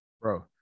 Bro